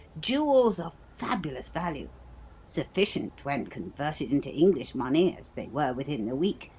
jewels of fabulous value sufficient, when converted into english money, as they were within the week,